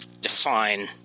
define